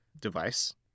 device